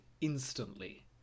instantly